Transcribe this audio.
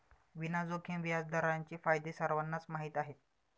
विना जोखीम व्याजदरांचे फायदे सर्वांनाच माहीत आहेत